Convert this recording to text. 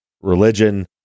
religion